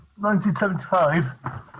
1975